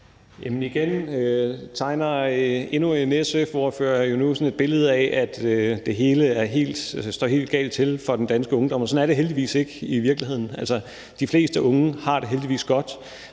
igen tegner endnu en SF-ordfører nu sådan et billede af, at det står helt galt til med den danske ungdom. Sådan er det heldigvis ikke i virkeligheden. Altså, de fleste unge har det heldigvis godt,